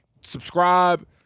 subscribe